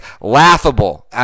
Laughable